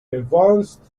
advanced